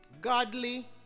Godly